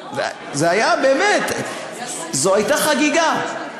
באמת, זו הייתה חגיגה.